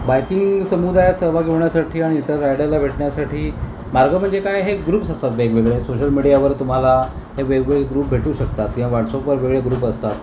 biking समुदायात सहभाग घेण्यासाठी आणि इतर रायडरला भेटण्यासाठी मार्ग म्हणजे काय हे ग्रुप्स असतात वेगवेगळे सोशल मीडियावर तुम्हाला वेगवेगळे ग्रुप भेटू शकतात किंवा व्हाट्स अप वेगळे ग्रुप असतात